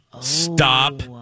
Stop